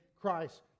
Christ